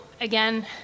again